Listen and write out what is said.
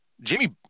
Jimmy